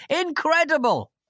Incredible